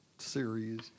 series